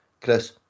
Chris